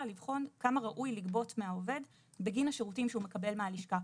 לבחון כמה ראוי לגבות מהעובד בגין השירותים שהוא מקבל מהלשכה.